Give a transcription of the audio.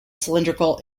cylindrical